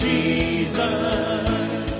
Jesus